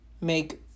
make